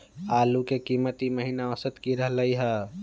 आलू के कीमत ई महिना औसत की रहलई ह?